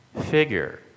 figure